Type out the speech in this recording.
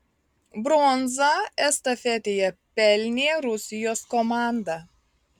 bronzą estafetėje pelnė rusijos komanda